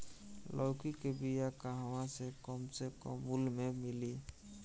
लौकी के बिया कहवा से कम से कम मूल्य मे मिली?